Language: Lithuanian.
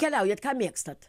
keliaujat ką mėgstat